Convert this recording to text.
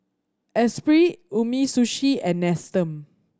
Espirit Umisushi and Nestum